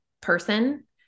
person